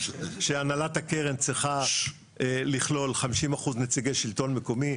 שהנהלת הקרן צריכה לכלול 50% נציגי שלטון מקומי,